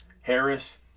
Harris